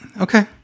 Okay